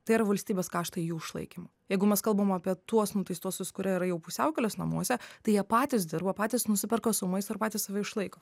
tai yra valstybės kaštai jų išlaikymo jeigu mes kalbam apie tuos nuteistuosius kurie yra jau pusiaukelės namuose tai jie patys dirba patys nusiperka sau maisto ir patys save išlaiko